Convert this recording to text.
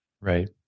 Right